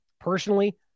Personally